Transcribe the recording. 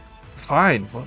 Fine